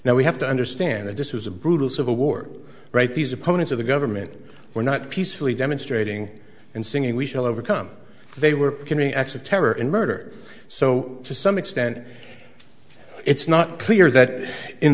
now we have to understand that this was a brutal civil war right these opponents of the government were not peacefully demonstrating and singing we shall overcome they were committing acts of terror and murder so to some extent it's not clear that in